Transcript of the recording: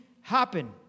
happen